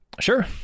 Sure